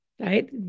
Right